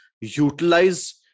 utilize